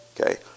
Okay